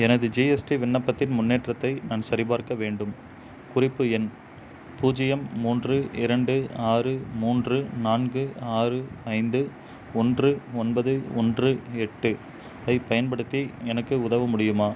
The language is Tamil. எனது ஜிஎஸ்டி விண்ணப்பத்தின் முன்னேற்றத்தை நான் சரிபார்க்க வேண்டும் குறிப்பு எண் பூஜ்ஜியம் மூன்று இரண்டு ஆறு மூன்று நான்கு ஆறு ஐந்து ஒன்று ஒன்பது ஒன்று எட்டு ஐப் பயன்படுத்தி எனக்கு உதவ முடியுமா